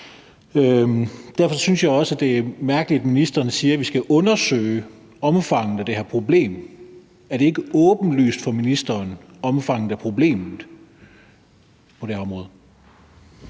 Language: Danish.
Derfor synes jeg også, det er mærkeligt, at ministeren siger, at vi skal undersøge omfanget af det her problem. Er omfanget af problemet på det her området